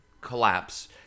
collapse